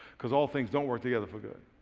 because all things don't work together for good.